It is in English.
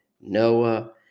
Noah